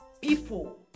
people